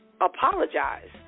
apologize